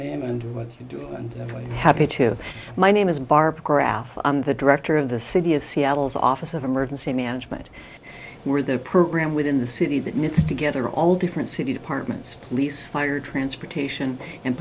name and what you're doing and happy to my name is barbara graf i'm the director of the city of seattle's office of emergency management were there program within the city that meets together all different city departments police fire transportation and